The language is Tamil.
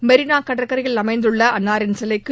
மெரினா கடற்கரையில் அமைந்துள்ள அன்னாரின் சிலைக்கு